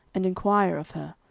and enquire of her.